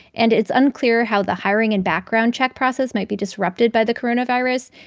and it's unclear how the hiring and background check process might be disrupted by the coronavirus.